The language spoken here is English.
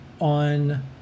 on